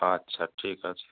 আচ্ছা ঠিক আছে